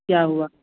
क्या हुआ